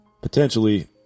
potentially